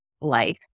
life